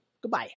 Goodbye